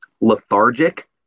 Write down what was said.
lethargic